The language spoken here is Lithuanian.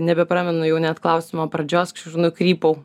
nebepramenu jau net klausimo pradžios nukrypau